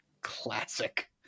Classic